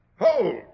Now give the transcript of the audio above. Hold